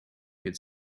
could